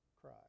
cry